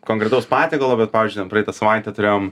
konkretaus patiekalo bet pavyzdžiui ten praeitą savaitę turėjom